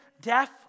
deaf